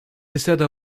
décède